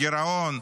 הגירעון,